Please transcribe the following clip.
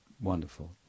wonderful